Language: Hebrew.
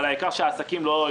אבל העיקר שהעסקים לא ייפגעו.